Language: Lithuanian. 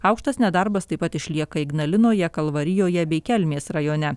aukštas nedarbas taip pat išlieka ignalinoje kalvarijoje bei kelmės rajone